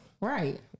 Right